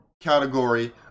category